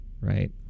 right